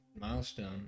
milestone